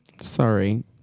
sorry